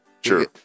Sure